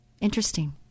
Interesting